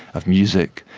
of music,